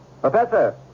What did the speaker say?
Professor